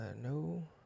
no